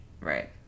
Right